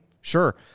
Sure